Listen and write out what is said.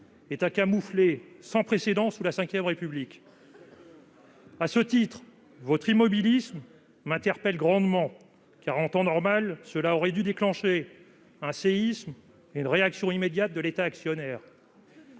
est un camouflet sans précédent sous la V République ! À ce titre, votre immobilisme m'interpelle grandement, car, en temps normal, cet événement aurait dû déclencher un séisme et une réaction immédiate de l'État actionnaire.